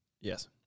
Yes